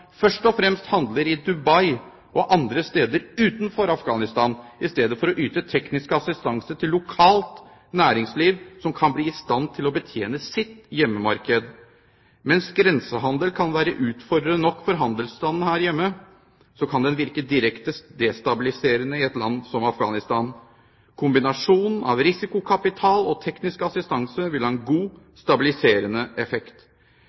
først og fremst handler i Dubai og andre steder utenfor Afghanistan, istedenfor å yte teknisk assistanse til lokalt næringsliv som kan bli i stand til å betjene sitt hjemmemarked. Mens grensehandel kan være utfordrende nok for handelsstanden her hjemme, kan den virke direkte destabiliserende i et land som Afghanistan. Kombinasjonen av risikokapital og teknisk assistanse vil ha en god stabiliserende effekt,